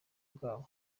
bwabo